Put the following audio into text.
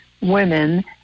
women